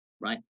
right